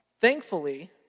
thankfully